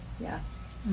Yes